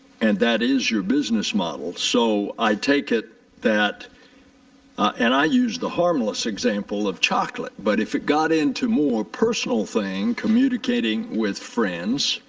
and that is your business model. so i take it that and i use the harmless example of chocolate, but if it got in to more personal things, communicating with friends,